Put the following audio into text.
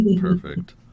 Perfect